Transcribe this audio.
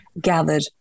gathered